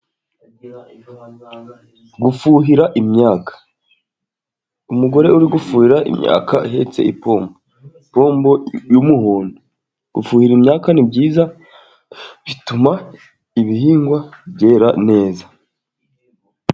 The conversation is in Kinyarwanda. Gufuhira imyaka, umugore uri gufura imyaka ahetse ipombo, ipombo y'umuhondo. Gufuhira imyaka ni byiza bituma ibihingwa byera neza.